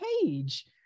page